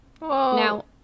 now